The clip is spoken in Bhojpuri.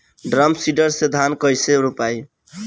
ड्रम सीडर से धान कैसे रोपाई?